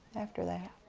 after that.